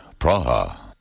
Praha